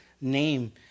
name